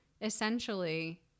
essentially